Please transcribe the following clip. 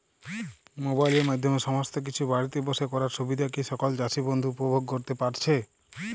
মোবাইলের মাধ্যমে সমস্ত কিছু বাড়িতে বসে করার সুবিধা কি সকল চাষী বন্ধু উপভোগ করতে পারছে?